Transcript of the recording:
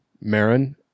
Marin